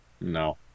no